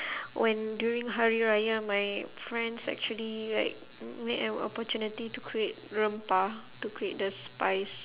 when during hari raya my friends actually like make an opportunity to create rempah to create the spice